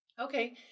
Okay